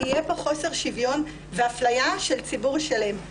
יהיה פה חוסר שוויון ואפליה של ציבור שלם.